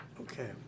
okay